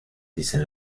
dicen